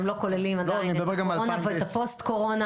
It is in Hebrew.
הם לא כוללים עדיין את הקורונה ואת הפוסט-קורונה.